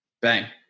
Bang